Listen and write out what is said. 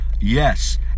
Yes